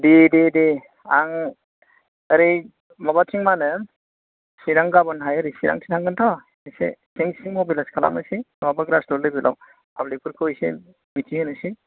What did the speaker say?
दे दे दे आं ओरै माबाथिं मा होनो चिरां गाबोनहाय ओरै चिरांथिं थांगोनथ' एसे थ्रेन्स नि मबिलाइस खालामहैसै माबा ग्रासिब लेभेलाव पाब्लिकफोरखौ एसे मिथिहोनोसै